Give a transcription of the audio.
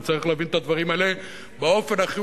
וצריך להבין את הדברים האלה באופן הכי